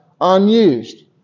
unused